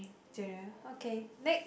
okay next